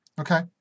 Okay